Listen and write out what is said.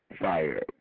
fire